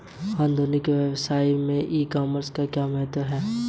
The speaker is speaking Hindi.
आधुनिक व्यवसाय में ई कॉमर्स का क्या महत्व है?